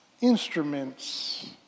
instruments